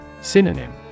Synonym